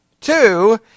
Two